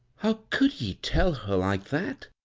how could ye tell her like that